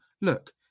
look